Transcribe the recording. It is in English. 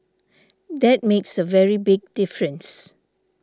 that makes a very big difference